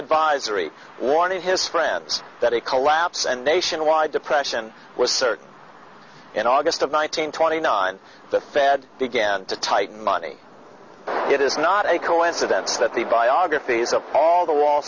advisory warning his friends that a collapse and nationwide depression was certain in august of one nine hundred twenty nine the fed began to tighten money it is not a coincidence that the biographies of all the wall